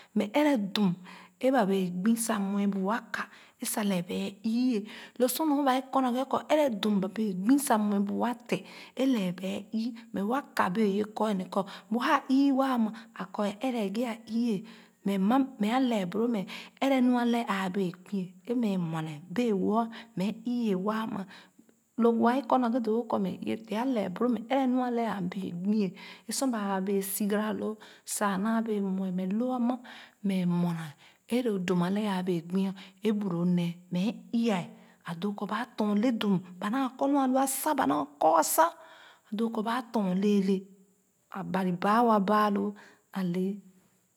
Me ɛrɛ dum e ba wɛɛ gbo sa mue by wa ka e sa lɛɛ bee ii-ye la su nyoba a kɔ naghe kɔ ɛrɛ dum ba bee gbu sa mue bu wa te e lɛɛ be ii mɛ wa kee ye kɔr ne kɔ wa ii wa a kɔ a ɛrɛ ghe a ii-ye mɛ m ma mɛ a cɛe boro mɛ ɛrɛ nua a lɛɛ a bee gbu e mɛ mue na bee-wo mɛ ii-ye wa lo wa e kɔ naghe doo-wo kɔ ye te a lɛe boro mɛ ɛrɛ nu a le aa gbu e sor baa a bee sogara loo sa a naa bee mue mɛ loa ma mɛ mue na e lo dum a bee gbi e bu lo nee mɛ e ii-ya a doo kɔ baa tɔn le dum ba naa kɔ nu alu asa ba naa kɔ asa doo kɔ ba tɔn leelɛ a Ban baa wa ba a le.